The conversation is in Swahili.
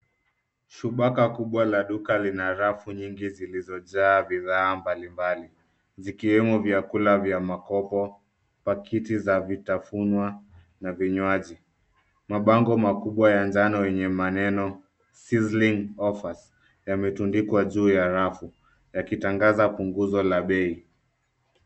Shubaka kubwa la duka lina rafu nyingi zilizojaa bidhaa mbalimbali zikiwemo vyakula vya makopo, pakiti za vitafunwa na vinywaji ,mabango makubwa ya ngano yenye maneno Sizzling offers yametundikwa juu ya rafu yakitangaza punguzo la bei